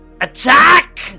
attack